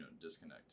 disconnect